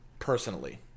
Personally